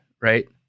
right